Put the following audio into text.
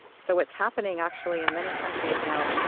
so what's happening actually in many countries now,